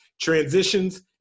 transitions